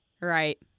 Right